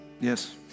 Yes